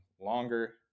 longer